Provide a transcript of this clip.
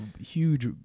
huge